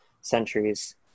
centuries